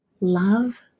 love